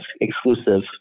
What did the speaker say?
exclusive